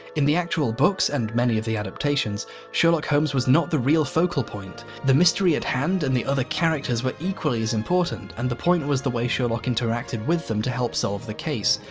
in the actual books and many of the adaptations sherlock holmes was not the real focal point, the mystery at hand and the other characters were equally as important and the point was the way sherlock interacted with them to help solve the case.